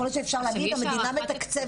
אני חושבת שכולנו חושבים אותו